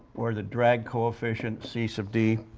where the drag coefficient c sub d